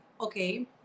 Okay